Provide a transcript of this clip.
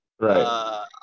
Right